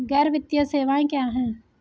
गैर वित्तीय सेवाएं क्या हैं?